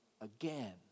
again